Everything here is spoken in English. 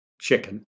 chicken